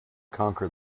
conquer